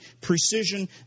precision